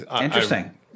interesting